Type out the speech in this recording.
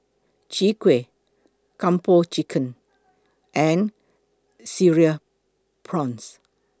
Chwee Kueh Kung Po Chicken and Cereal Prawns